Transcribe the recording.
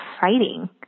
fighting